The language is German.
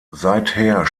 seither